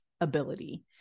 ability